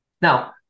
Now